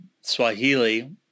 Swahili